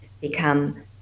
become